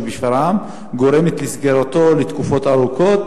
בשפרעם גורמת לסגירתו לתקופות ארוכות,